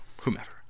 whomever